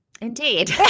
Indeed